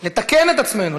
לתקן את עצמנו,